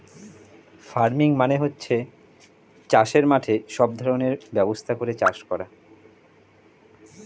farming মানে হচ্ছে চাষের মাঠে সব ধরনের ব্যবস্থা করে চাষ করা